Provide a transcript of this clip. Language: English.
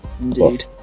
Indeed